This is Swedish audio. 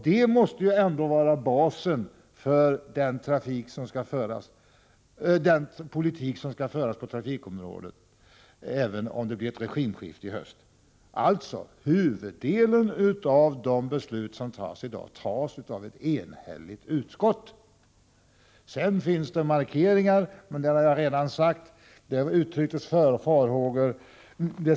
Det måste väl ändå vara basen för den politik som skall föras på trafikområdet även om det blir ett regimskifte i höst. Alltså: huvuddelen av de beslut som fattas i dag fattas av ett enigt utskott. Sedan finns det markeringar, och som jag redan sade har det uttryckts vissa farhågor.